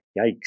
Yikes